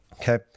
Okay